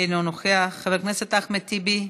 אינו נוכח, חבר הכנסת אחמד טיבי,